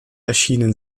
erschienen